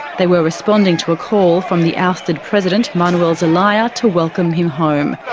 they were responding to a call from the ousted president, manuel zelaya, to welcome him home.